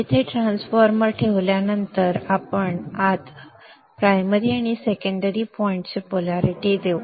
येथे ट्रान्सफॉर्मर ठेवल्यानंतर आता आपण प्राइमरी आणि सेकंडरी बिंदूंचे पोलॅरिटी देऊ